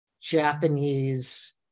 Japanese